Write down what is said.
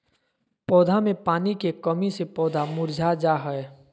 पौधा मे पानी के कमी से पौधा मुरझा जा हय